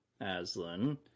Aslan